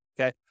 Okay